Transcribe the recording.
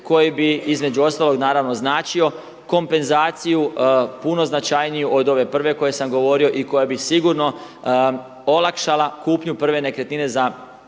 koji bi između ostalog naravno značio kompenzaciju puno značajniju od ove prve o kojoj sam govorio i koja bi sigurno olakšala kupnju prve nekretnine za mlade